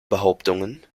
behauptungen